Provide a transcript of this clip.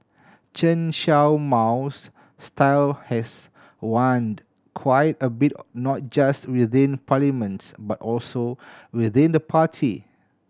Chen Show Mao's style has waned quite a bit not just within parliaments but also within the party